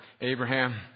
Abraham